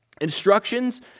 instructions